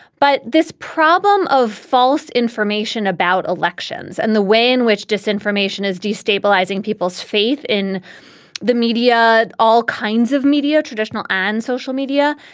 but this problem of false information about elections and the way in which disinformation is destabilising people's faith in the media all kinds of media traditional and social media.